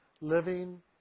living